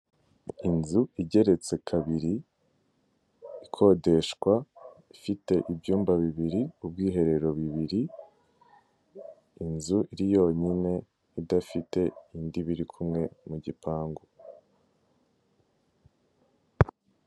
Inzu igeretse kabiri ikodeshwa ifite ibyumba bibiri, ubwiherero bibiri, inzu iri yonyine idafite indi biri kumwe mu gipangu.